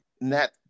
net